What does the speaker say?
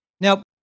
Now